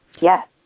Yes